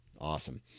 Awesome